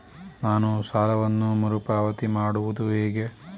ನಾನು ಸಾಲವನ್ನು ಮರುಪಾವತಿ ಮಾಡುವುದು ಹೇಗೆ?